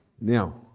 now